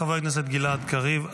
חבר הכנסת גלעד קריב,